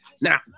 now